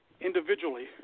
individually